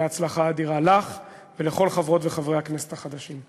הצלחה אדירה לך ולכל חברות וחברי הכנסת החדשים.